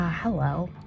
Hello